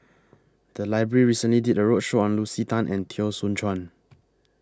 The Library recently did A roadshow on Lucy Tan and Teo Soon Chuan